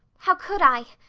how could i?